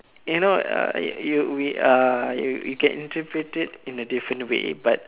you know uh you we err we can interpret it in a different way but